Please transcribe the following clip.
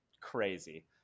Crazy